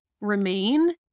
remain